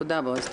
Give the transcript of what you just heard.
תודה, בועז.